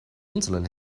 insulin